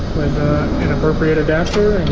an appropriate adapter